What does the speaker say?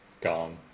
gone